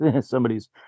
Somebody's